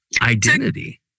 identity